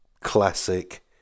classic